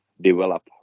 develop